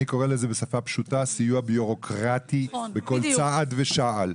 אני קורא לזה בשפה פשוטה סיוע בירוקרטי בכל צעד ושעל.